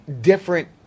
different